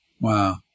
Wow